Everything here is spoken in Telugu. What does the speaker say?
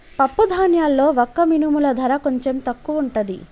పప్పు ధాన్యాల్లో వక్క మినుముల ధర కొంచెం తక్కువుంటది